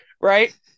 Right